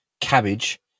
cabbage